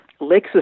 Lexus